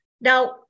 Now